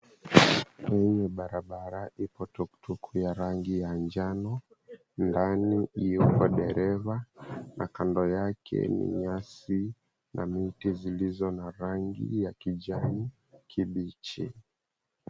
Hii ni barabara ipo tuktuk ya rangi ya njano ndani ikiwa dereva na kando yake ni nyasi na miti zilizo na rangi ya kijani kibichi.